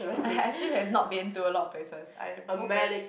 I actually have not been to a lot of places I am go friend